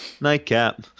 Nightcap